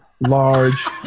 large